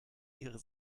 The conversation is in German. ihre